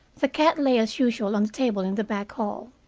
the cat lay as usual on the table in the back hall.